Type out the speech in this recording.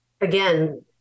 again